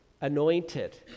anointed